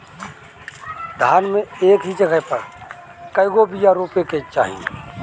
धान मे एक जगही पर कएगो बिया रोपे के चाही?